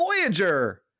Voyager